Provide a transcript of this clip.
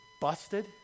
busted